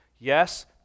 Yes